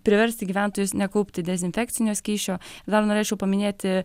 priversti gyventojus nekaupti dezinfekcinio skysčio dar norėčiau paminėti